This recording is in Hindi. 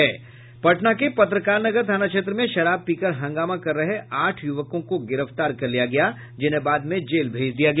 पटना के पत्रकार नगर थाना क्षेत्र में शराब पीकर हंगामा कर रहे आठ युवकों को गिरफ्तार कर लिया गया जिन्हें बाद में जेल भेज दिया गया